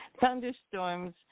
thunderstorms